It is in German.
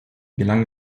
gelang